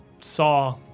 saw